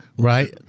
right,